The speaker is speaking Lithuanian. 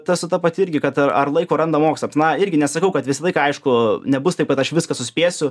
tas su ta pati irgi kad ar ar laiko randa mokslams na irgi nesakau kad visą laiką aišku nebus taip kad aš viską suspėsiu